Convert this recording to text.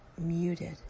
Muted